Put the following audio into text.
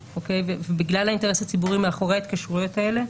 ובגלל האינטרס הציבורי מאחורי ההתקשרויות האלה,